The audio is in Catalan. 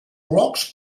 blocs